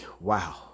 wow